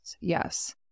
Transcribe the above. Yes